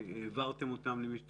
העברתם אותם למי שצריך?